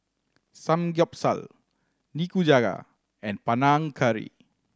Samgyeopsal Nikujaga and Panang Curry